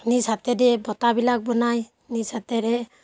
নিজ হাতেদি বটাবিলাক বনায় নিজ হাতেৰে